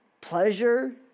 pleasure